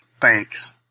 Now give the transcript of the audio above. Thanks